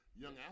young